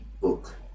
book